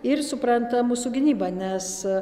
ir supranta mūsų gynybą nes